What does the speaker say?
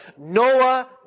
Noah